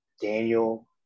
Daniel